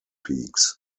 peaks